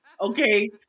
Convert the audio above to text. Okay